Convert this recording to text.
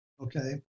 okay